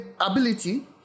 ability